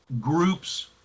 groups